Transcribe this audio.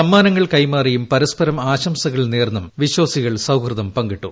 സമ്മാനങ്ങൾ കൈമാറിയും പരസ്പരം ആശംസകൾ നേർന്നും വിശ്വാസികൾ സൌഹൃദം പങ്കിട്ടു